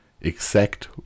exact